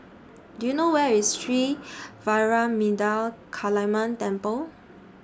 Do YOU know Where IS Sri Vairavimada Kaliamman Temple